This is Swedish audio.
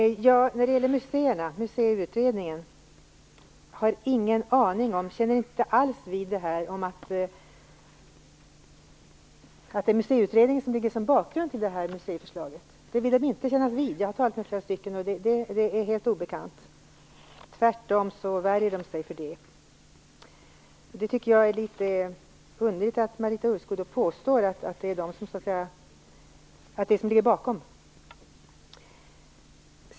I Museiutredningen vill man inte alls kännas vid att det skulle vara den som ligger som grund till detta museiförslag. Jag har talat med flera, och detta är helt obekant för dem - tvärtom värjer de sig mot det. Det är då litet underligt att Marita Ulvskog påstår att det är Museiutredningen som ligger bakom.